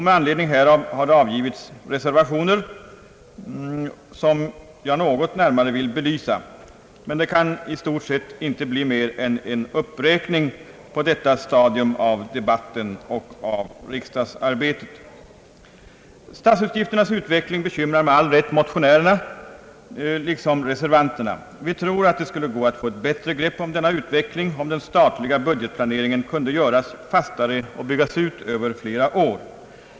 Med anledning därav har reservationer avgi vits som jag något närmare vill belysa; men det kan på detta stadium av debatten och riksdagsarbetet i stort sett inte bli mer än en uppräkning. Statsutgifternas utveckling bekymrar med all rätt motionärerna och reservanterna. Vi tror att det skulle vara möjligt att få ett bättre grepp om denna utveckling därest den statliga budgetplaneringen kunde göras fastare och byggas ut över flera år.